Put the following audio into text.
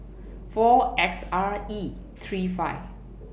four S R E three five